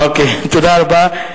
אוקיי, תודה רבה.